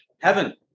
heaven